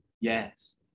yes